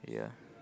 yeah